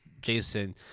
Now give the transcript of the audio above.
Jason